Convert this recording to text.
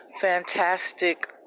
fantastic